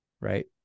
Right